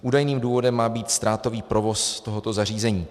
Údajným důvodem má být ztrátový provoz tohoto zařízení.